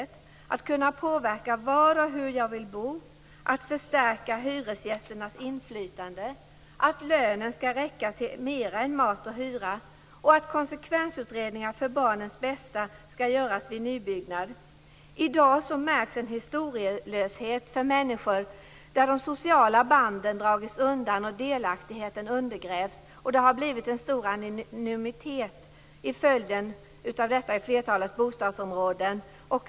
Det handlar om att kunna påverka var och hur man vill bo, om att förstärka hyresgästernas inflytande, om att lönen skall räcka till mera än mat och hyra och om att konsekvensutredningar för barnens bästa skall göras vid nybyggnad. I dag märks en historielöshet bland människor där de sociala banden har dragits undan och delaktigheten undergrävts. En stor anonymitet har blivit följden i flertalet bostadsområden.